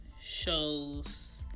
shows